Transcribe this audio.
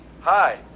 Hi